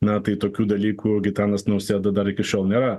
na tai tokių dalykų gitanas nausėda dar iki šiol nėra